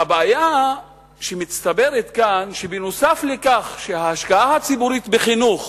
הבעיה שמצטברת כאן היא שנוסף על כך שההשקעה הציבורית בחינוך